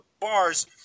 bar's